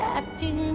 acting